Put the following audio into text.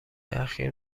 اخیر